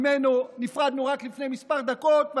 שממנו נפרדנו רק לפני כמה דקות,